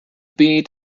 beat